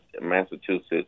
Massachusetts